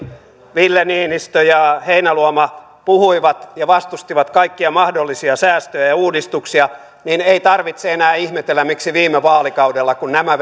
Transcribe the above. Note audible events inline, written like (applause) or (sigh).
ville niinistö ja heinäluoma puhuivat ja vastustivat kaikkia mahdollisia säästöjä ja uudistuksia niin ei tarvitse enää ihmetellä miksi viime vaalikaudella kun nämä (unintelligible)